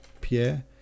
Pierre